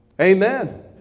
Amen